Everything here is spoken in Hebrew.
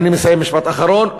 אני מסיים, משפט אחרון.